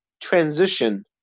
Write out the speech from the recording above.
transition